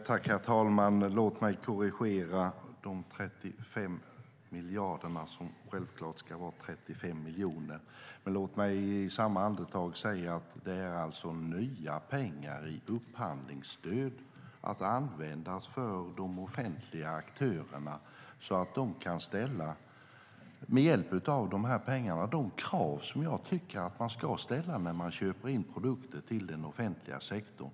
Herr talman! Låt mig korrigera de 35 miljarderna, som självklart ska vara 35 miljoner. Låt mig i samma andetag säga att det är nya pengar i upphandlingsstöd att användas för de offentliga aktörerna. Med hjälp av de här pengarna kan de ställa de krav som jag tycker att man ska ställa när man köper in produkter till den offentliga sektorn.